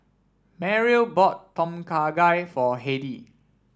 Merrill bought Tom Kha Gai for Heidy